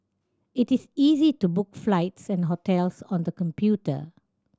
it is easy to book flights and hotels on the computer